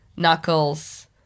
Knuckles